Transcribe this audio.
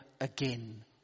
again